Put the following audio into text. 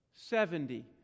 Seventy